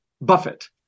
Buffett